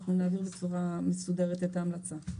אנחנו נעביר בצורה מסודרת את המלצה.